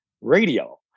radio